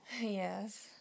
Yes